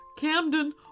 Camden